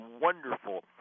wonderful